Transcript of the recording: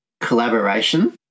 collaboration